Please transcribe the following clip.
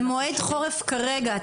במועד חורף כרגע,